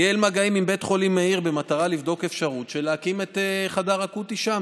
ניהל מגעים עם בית חולים מאיר במטרה לבדוק אפשרות של הקמת חדר אקוטי שם.